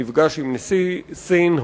נפגש עם נשיא סין,